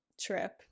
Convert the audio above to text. trip